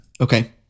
Okay